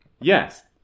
Yes